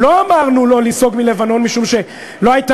לא אמרנו לא לסגת מלבנון משום שלא הייתה